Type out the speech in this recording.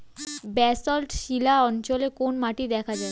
Basalt শিলা অঞ্চলে কোন মাটি দেখা যায়?